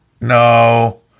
No